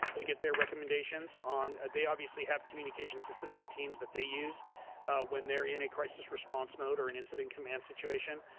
to get their recommendations on, they obviously have communication systems and teams that they use when they're in a crisis response mode or an incident command situation.